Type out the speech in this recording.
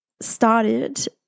started